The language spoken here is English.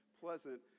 pleasant